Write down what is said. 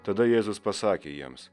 tada jėzus pasakė jiems